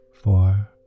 four